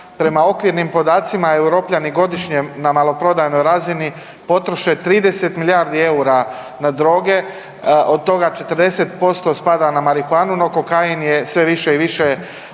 Prema okvirnim podacima Europljani godišnje na maloprodajnoj razini potroše 30 milijardi EUR-a na droge od toga 40% spada na marihuanu, no kokain je sve više i više